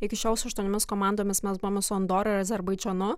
iki šiol su aštuoniomis komandomis mes buvome su andora ir azerbaidžanu